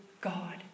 God